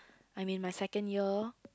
I'm in my second year